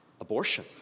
Abortion